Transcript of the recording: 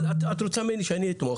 אבל את רוצה ממני שאני אתמוך,